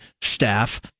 staff